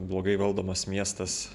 blogai valdomas miestas